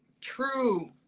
True